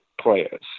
players